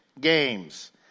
Games